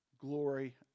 glory